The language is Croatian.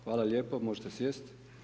Hvala lijepo, možete sjest.